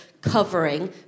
covering